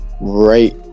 right